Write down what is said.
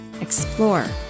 explore